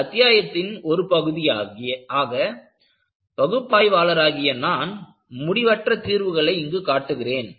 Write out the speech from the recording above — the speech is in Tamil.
இந்த அத்தியாயத்தின் ஒரு பகுதியாக பகுப்பாய்வாளராகிய நான் முடிவற்ற தீர்வுகளை இங்கு காட்டுகிறேன்